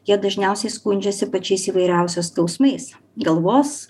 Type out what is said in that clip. jie dažniausiai skundžiasi pačiais įvairiausiais skausmais galvos